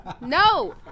no